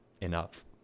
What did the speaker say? enough